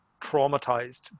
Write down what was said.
traumatized